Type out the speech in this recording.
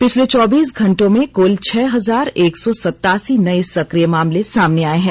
पिछले चौबीस घंटों में कुल छह हजार एक सौ सतासी नये सक्रिय मामले सामने आए हैं